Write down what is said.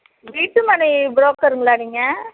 வீட்டு மனை புரோக்கருங்களா நீங்கள்